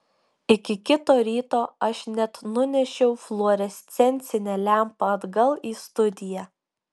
iki kito ryto aš net nunešiau fluorescencinę lempą atgal į studiją